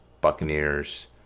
Buccaneers